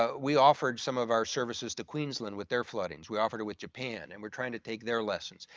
ah we offered some of our services to queensland with their floodings, we offered it with japan and we're trying to take their lessons.